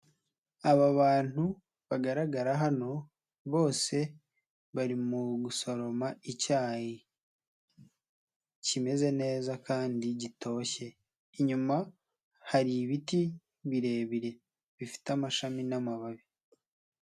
Aba bantu bagaragara hano bose bari mu gusoroma icyayi kimeze neza kandi gitoshye, inyuma hari ibiti birebire bifite amashami n'amababi.